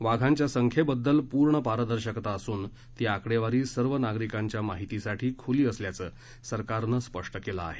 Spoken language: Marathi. वाघांच्या संख्येबद्दल पूर्ण पारदर्शकता असून ती आकडेवारी सर्व नागरिकांच्या माहितीसाठी खुली असल्याचं सरकारने स्पष्ट केलं आहे